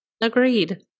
agreed